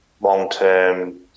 long-term